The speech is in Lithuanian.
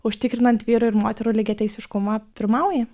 užtikrinant vyrų ir moterų lygiateisiškumą pirmauja